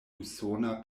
usona